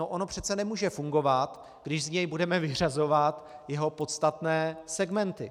Ono přece nemůže fungovat, když z něj budeme vyřazovat jeho podstatné segmenty.